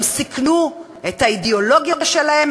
הם סיכנו את האידיאולוגיה שלהם,